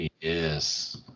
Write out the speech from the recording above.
yes